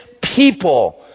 people